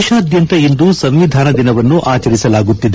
ದೇಶಾದ್ಯಂತ ಇಂದು ಸಂವಿಧಾನ ದಿನವನ್ನು ಆಚರಿಸಲಾಗುತ್ತಿದೆ